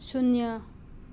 ꯁꯨꯟꯌꯥ